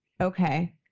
Okay